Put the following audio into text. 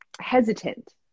hesitant